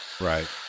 Right